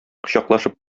кочаклашып